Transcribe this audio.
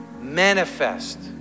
manifest